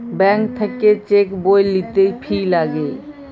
bank থাক্যে cheque বই লিতে ফি লাগে